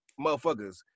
motherfuckers